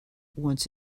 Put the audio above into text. once